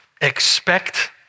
Expect